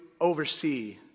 oversee